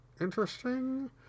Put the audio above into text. interesting